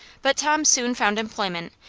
but tom soon found employment,